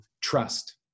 trust